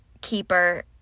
keeper